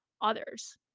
others